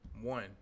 One